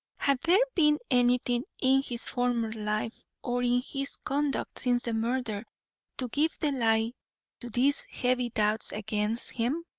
had there been anything in his former life or in his conduct since the murder to give the lie to these heavy doubts against him?